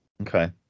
Okay